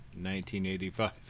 1985